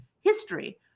history